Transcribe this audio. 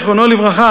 זיכרונו לברכה,